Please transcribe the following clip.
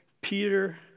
Peter